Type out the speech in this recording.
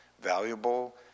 valuable